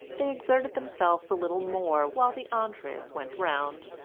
they exerted themselves a little more while the entrees went round.